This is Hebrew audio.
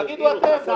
תגידו אתם.